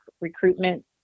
recruitment